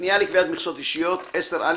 תקנה 9 נתקבלה.